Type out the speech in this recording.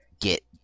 get